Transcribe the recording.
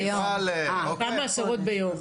כמה עשרות ביום.